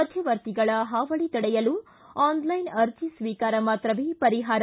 ಮಧ್ಯವರ್ತಿಗಳ ಹಾವಳಿ ತಡೆಯಲು ಆನ್ಲೈನ್ ಅರ್ಜಿ ಸ್ವೀಕಾರ ಮಾತ್ರವೇ ಪರಿಹಾರ